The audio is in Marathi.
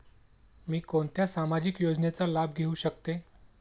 मी कोणत्या सामाजिक योजनेचा लाभ घेऊ शकते?